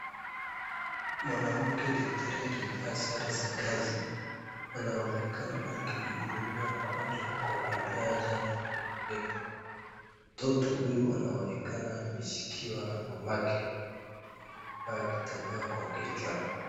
Mwanamke daktari aliyevaa sare za kazi anaonekana akimhudumia mgonjwa kwa kumpea chanjo kwenye bega. Mtoto huyu anaonekana ameshikiwa na mamake amevaa kitambaa kwa kichwa.